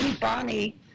Bonnie